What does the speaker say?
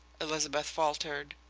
elizabeth faltered.